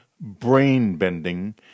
brain-bending